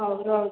ହଉ ରହୁଛି